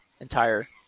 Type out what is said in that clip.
entire